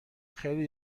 خیلی